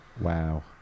Wow